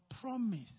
promise